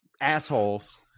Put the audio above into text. assholes